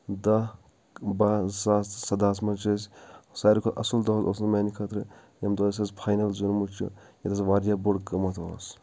دَہ باہ زٕ ساس تہٕ سداہس منٛز چھ اسہِ ساروٕے کھۅتہٕ اصٕل دۅہ اوسمُت میٛانہِ خٲطرٕ یمہِ دۅہ اسہِ حظ فاینل زیٚونمُت چھُ یتھ حظ واریاہ بوٚڑ قۭمت اوس